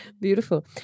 Beautiful